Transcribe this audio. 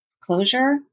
closure